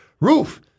Roof